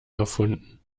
erfunden